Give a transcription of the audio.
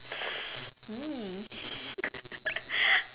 mm